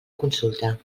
consulta